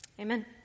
Amen